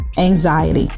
anxiety